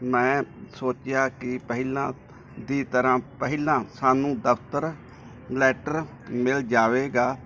ਮੈਂ ਸੋਚਿਆ ਕੀ ਪਹਿਲਾਂ ਦੀ ਤਰ੍ਹਾਂ ਪਹਿਲਾਂ ਸਾਨੂੰ ਦਫ਼ਤਰ ਲੈਟਰ ਮਿਲ ਜਾਵੇਗਾ